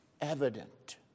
evident